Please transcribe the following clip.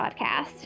podcast